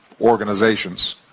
organizations